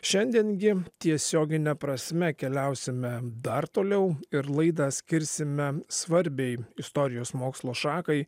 šiandien gi tiesiogine prasme keliausime dar toliau ir laidą skirsime svarbiai istorijos mokslo šakai